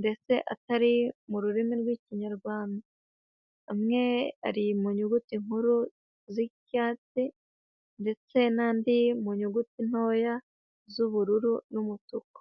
ndetse atari mu rurimi rw'ikinyarwanda, amwe ari mu nyuguti nkuru z'icyatsi, ndetse n'andi mu nyuguti ntoya z'ubururu n'umutuku.